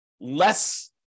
less